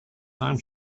time